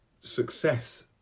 success